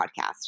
podcast